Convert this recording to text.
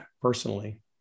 personally